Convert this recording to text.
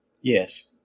Yes